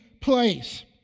place